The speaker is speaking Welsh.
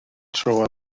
tro